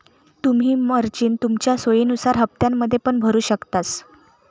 तुम्ही मार्जिन तुमच्या सोयीनुसार हप्त्त्यांमध्ये पण भरु शकतास